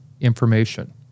information